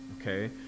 okay